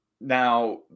Now